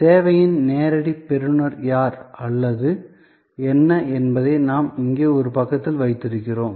சேவையின் நேரடி பெறுநர் யார் அல்லது என்ன என்பதை நாம் இங்கே ஒரு பக்கத்தில் வைத்திருக்கிறோம்